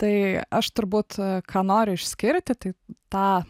tai aš turbūt ką noriu išskirti tai tą